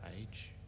age